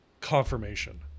confirmation